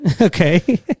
Okay